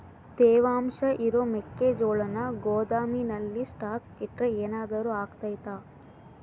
ತೇವಾಂಶ ಇರೋ ಮೆಕ್ಕೆಜೋಳನ ಗೋದಾಮಿನಲ್ಲಿ ಸ್ಟಾಕ್ ಇಟ್ರೆ ಏನಾದರೂ ಅಗ್ತೈತ?